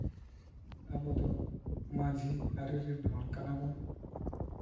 ᱟᱵᱚ ᱫᱚ ᱢᱟᱹᱡᱷᱤ ᱟᱹᱨᱤ ᱨᱮᱱ ᱦᱚᱲ ᱠᱟᱱᱟᱵᱚᱱ